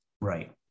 Right